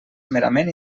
merament